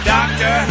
Doctor